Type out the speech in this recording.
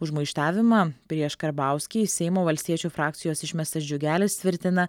už maištavimą prieš karbauskį iš seimo valstiečių frakcijos išmestas džiugelis tvirtina